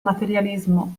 materialismo